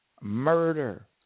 murder